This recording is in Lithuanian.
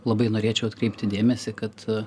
labai norėčiau atkreipti dėmesį kad